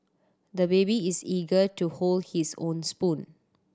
the baby is eager to hold his own spoon